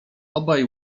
obaj